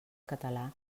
català